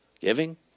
giving